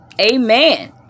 Amen